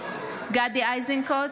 גדי איזנקוט,